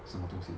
什么东西